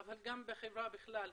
אבל גם בחברה בכלל,